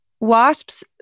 Wasps